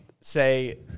Say